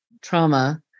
trauma